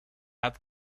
hat